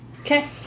Okay